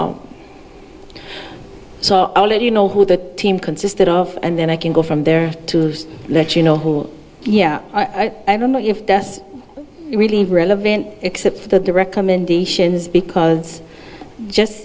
so you know who the team consisted of and then i can go from there to let you know who yeah i don't know if that's really relevant except that the recommendation is because just